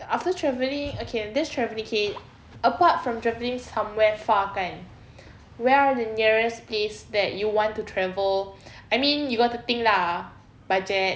after travelling okay that's travelling apart from travelling somewhere far kan where the nearest place that you want to travel I mean you got to think lah budget